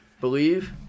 Believe